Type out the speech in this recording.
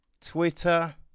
Twitter